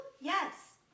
Yes